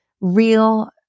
real